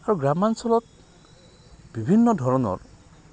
আৰু গ্ৰামাঞ্চলত বিভিন্ন ধৰণৰ